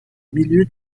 milieu